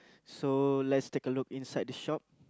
so let's take a look inside this shop